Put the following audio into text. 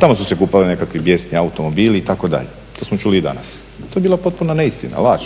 Tamo su se kupovali nekakvi bijesni automobili itd., to smo čuli i danas. To je bila potpuna neistina, laž.